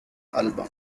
album